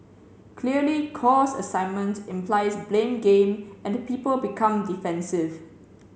clearly cause assignment implies blame game and the people become defensive